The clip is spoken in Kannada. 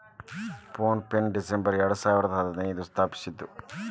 ಫೋನ್ ಪೆನ ಡಿಸಂಬರ್ ಎರಡಸಾವಿರದ ಹದಿನೈದ್ರಾಗ ಸ್ಥಾಪಿಸಿದ್ರು